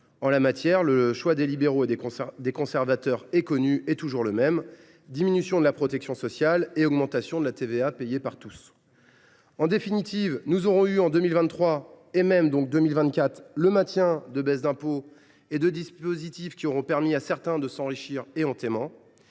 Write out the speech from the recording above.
En la matière, le choix des libéraux et des conservateurs est connu. C’est toujours le même : diminution de la protection sociale et augmentation de la TVA payée par tous. En définitive, nous aurons eu en 2023, et même en 2024, le maintien de baisses d’impôts et de dispositifs qui auront permis à certains de s’enrichir éhontément